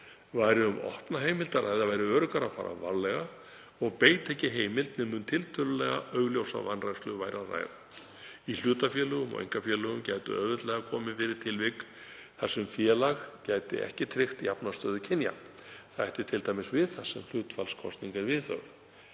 Væri um opna heimild að ræða væri öruggara að fara varlega og beita ekki heimild nema um tiltölulega augljósa vanrækslu væri að ræða. Í hlutafélögum og einkafélögum gætu auðveldlega komið fyrir tilvik þar sem félag gæti ekki tryggt jafna stöðu kynja. Það ætti t.d. við þar sem hlutfallskosning er viðhöfð.